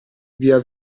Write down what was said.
via